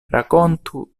rakontu